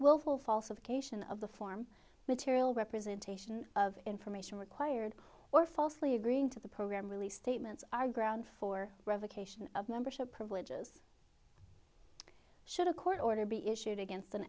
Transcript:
willful falsification of the form material representation of information required or falsely agreeing to the program really statements are grounds for revocation of membership privileges should a court order be issued against an